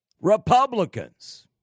Republicans